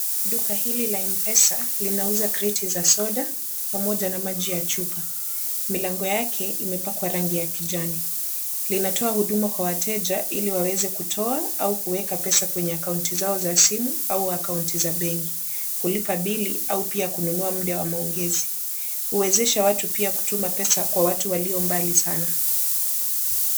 Duka hili la Mpesa linauza kreti za soda pamoja na maji ya chupa. Milango yake imepakwa rangi ya kijani. Linatoa huduma kwa wateja ili waweze kutoa au kuweka pesa kwenye akaunti zao za simu au za benki, kulipa bili au pia kununua mda wa maongezi, huwezesha watu pia kutuma pesa kwa watu walio mbali sana.